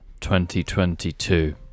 2022